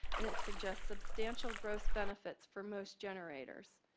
and it suggests substantial gross benefits for most generators.